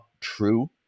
true